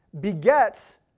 begets